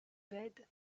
bed